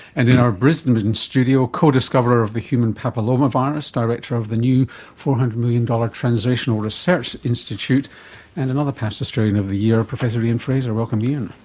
and in our brisbane but and studio, co-discoverer of the human papilloma virus, director of the new four hundred million dollars translational research institute and another past australian of the year, professor ian frazer. welcome ian.